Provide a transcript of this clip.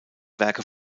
werke